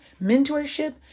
mentorship